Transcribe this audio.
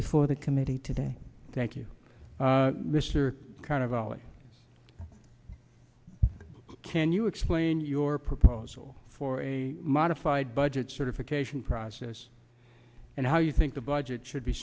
before the committee today thank you mr carnevale can you explain your proposal for a modified budget certification process and how you think the budget should be